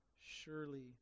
surely